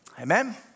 Amen